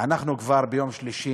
אנחנו כבר ביום שלישי,